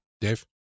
Dave